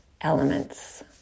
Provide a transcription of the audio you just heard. elements